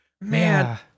Man